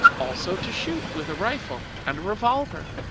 also to shoot with a rifle and a revolver.